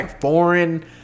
foreign